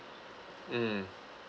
mm